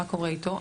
מה קורה איתו,